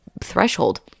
threshold